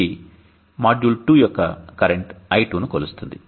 ఇది మాడ్యూల్ 2 యొక్క current I2 ను కొలుస్తుంది